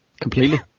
Completely